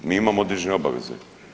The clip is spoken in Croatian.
Mi imamo određene obaveze.